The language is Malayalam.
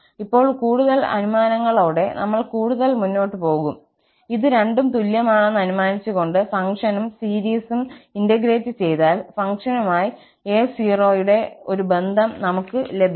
ഇപ്പോൾ കൂടുതൽ അനുമാനങ്ങളോടെ നമ്മൾ കൂടുതൽ മുന്നോട്ട് പോകും ഇത് രണ്ടും തുല്യമാണെന്ന് അനുമാനിച്ചുകൊണ്ട് ഫംഗ്ഷനും സീരീസും ഇന്റഗ്രേറ്റ് ചെയ്താൽ ഫംഗ്ഷനുമായി a0 ന്റെ ഒരു ബന്ധം നമുക്ക് ലഭിക്കും